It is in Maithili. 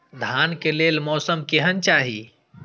धान के लेल मौसम केहन चाहि?